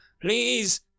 Please